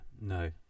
no